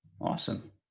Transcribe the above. awesome